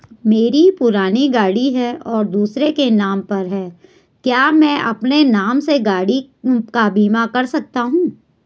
मेरी पुरानी गाड़ी है और दूसरे के नाम पर है क्या मैं अपने नाम से गाड़ी का बीमा कर सकता हूँ?